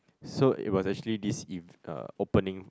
so it was actually this is a opening